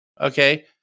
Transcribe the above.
Okay